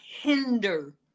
hinder